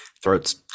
throat's